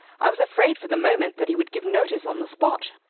i was afraid for the moment that he would give notice on the spot.